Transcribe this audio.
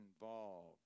involved